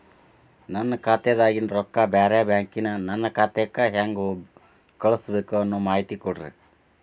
ನನ್ನ ಖಾತಾದಾಗಿನ ರೊಕ್ಕ ಬ್ಯಾರೆ ಬ್ಯಾಂಕಿನ ನನ್ನ ಖಾತೆಕ್ಕ ಹೆಂಗ್ ಕಳಸಬೇಕು ಅನ್ನೋ ಮಾಹಿತಿ ಕೊಡ್ರಿ?